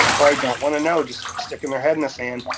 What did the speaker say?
or, i don't wanna know. just sticking their head in the sand.